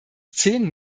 zehn